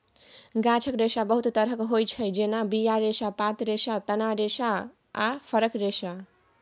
गाछक रेशा बहुत तरहक होइ छै जेना बीया रेशा, पात रेशा, तना रेशा आ फरक रेशा